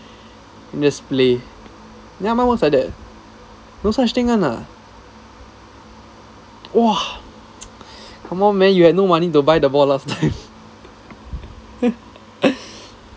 then just play ya lor mine's like that got such thing [one] ah !wah! come on man you have no money to buy the ball last time